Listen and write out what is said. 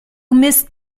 mist